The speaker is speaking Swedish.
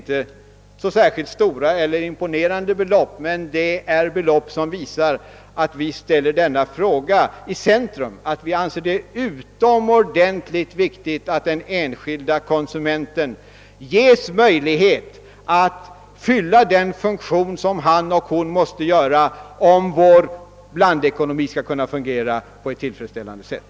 Beloppen är inte så särdeles imponerande, men de visar att vi ställer denna fråga i centrum, eftersom vi anser det vara utomordentligt viktigt att den enskilde konsumenten ges möjlighet att fylla den funktion som han eller hon måste fylla om vår blandekonomi skall kunna fungera på ett tillfredsställande sätt.